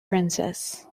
princess